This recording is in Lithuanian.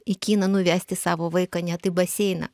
į kiną nuvesti savo vaiką net į baseiną